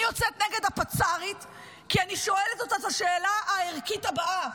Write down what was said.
אני יוצאת נגד הפצ"רית כי אני שואלת אותה את השאלה הערכית הבאה: